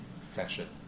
fashion